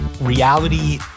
Reality